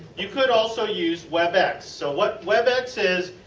you could also use webex. so, what webex is,